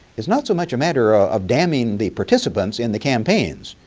it's not so much a matter of damning the participants in the campaigns.